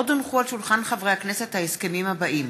ההסכמים האלה: